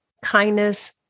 kindness